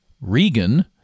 Regan